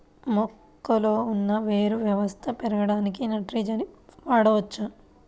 మొక్కలో ఉన్న వేరు వ్యవస్థ పెరగడానికి నత్రజని వాడవచ్చా?